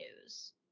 news